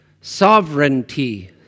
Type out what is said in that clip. Sovereignty